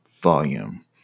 volume